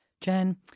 Jen